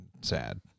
sad